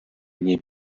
nie